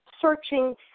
searching